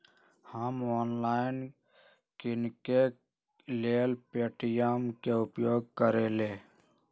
हम ऑनलाइन किनेकेँ लेल पे.टी.एम के उपयोग करइले